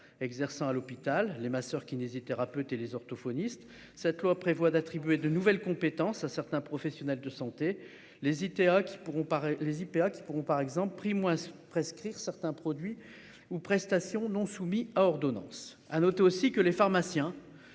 exerçant à l'hôpital, les masseurs kinésithérapeutes et les orthophonistes. Cette loi prévoit d'attribuer de nouvelles compétences à certains professionnels de santé les ITA, qui pourront par les IPA qui pourront par exemple pris moins prescrire certains produits ou prestations non soumis à ordonnance. À noter aussi que les pharmaciens